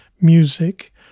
music